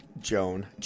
Joan